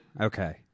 Okay